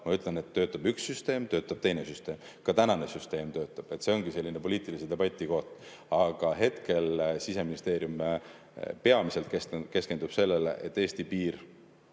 Ma ütlen, et töötab üks süsteem, töötab teine süsteem, ka tänane süsteem töötab. See ongi poliitilise debati koht. Aga praegu Siseministeerium peamiselt keskendub sellele, et Eesti piir